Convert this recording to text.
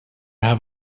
have